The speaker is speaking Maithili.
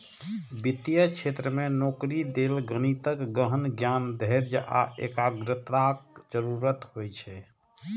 वित्तीय क्षेत्र मे नौकरी लेल गणितक गहन ज्ञान, धैर्य आ एकाग्रताक जरूरत होइ छै